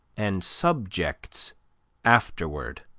and subjects afterward.